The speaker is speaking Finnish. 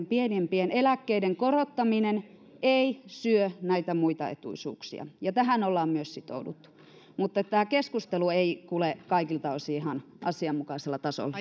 pienimpien eläkkeiden korottaminen ei syö näitä muita etuisuuksia ja tähän ollaan myös sitouduttu mutta tämä keskustelu ei kulje kaikilta osin ihan asianmukaisella tasolla